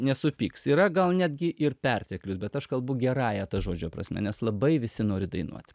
nesupyks yra gal netgi ir perteklius bet aš kalbu gerąja to žodžio prasme nes labai visi nori dainuot